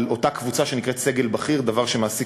על אותה קבוצה שנקראת "סגל בכיר" דבר שמעסיק